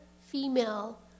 female